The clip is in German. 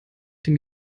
dem